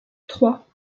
trois